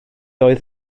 oedd